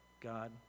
God